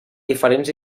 diferents